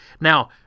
Now